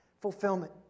fulfillment